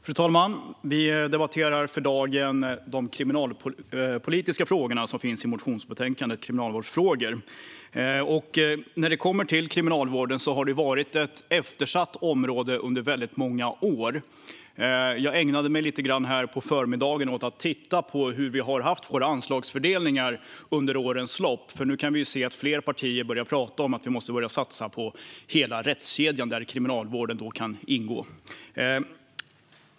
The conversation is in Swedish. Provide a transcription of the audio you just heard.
Fru talman! Vi debatterar i dag de kriminalpolitiska frågor som finns i motionsbetänkandet Kriminalvårdsfrågor . Kriminalvården har varit ett eftersatt område under väldigt många år. Jag ägnade mig på förmiddagen lite grann åt att titta på hur vi har haft våra anslagsfördelningar under årens lopp. Nu kan vi ju se att fler partier börjar prata om att vi måste börja satsa på hela rättskedjan, där Kriminalvården kan ingå.